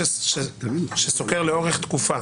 גרף שסוקר לאורך תקופה,